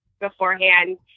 beforehand